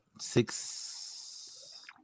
six